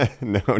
no